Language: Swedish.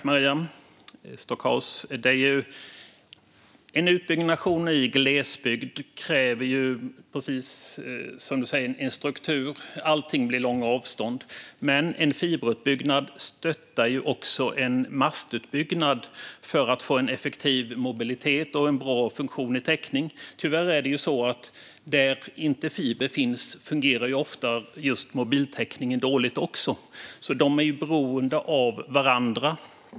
Fru talman! En utbyggnation i glesbygd kräver ju, precis som Maria Stockhaus sa, en struktur. Allting blir långa avstånd. Men en fiberutbyggnad stöttar också en mastutbyggnad för att få en effektiv mobilitet och en bra funktion i täckning. Tyvärr är det så att där inte fiber finns fungerar även mobiltäckningen ofta dåligt. De är alltså beroende av varandra.